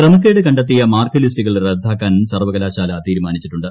ക്രമേക്കേട് കണ്ടെത്തിയ മാർക്ക് ലിസ്റ്റുകൾ റദ്ദാക്കാൻ സർവ്വകലാശാല തീരുമാനിച്ചിട്ടുണ്ട്